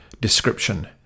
description